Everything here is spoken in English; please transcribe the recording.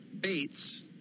Bates